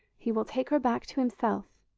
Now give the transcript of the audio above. he will take her back to himself